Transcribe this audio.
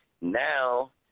Now